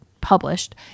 published